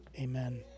Amen